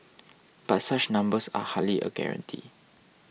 but such numbers are hardly a guarantee